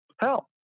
Hell